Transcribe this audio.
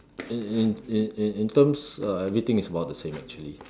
in in in terms uh everything is about the same actually